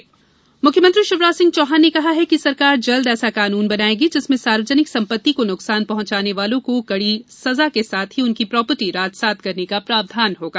पत्थरबाजी कानून मुख्यमंत्री शिवराज सिंह चौहान ने कहा है कि सरकार जल्द ऐसा कानून बनाएगी जिसमें सार्वजनिक संपत्ति को नुकसान पहुंचाने वालों को कड़ी सजा के साथ उनकी प्रापर्टी राजसात करने का प्रावधान होगा